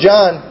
John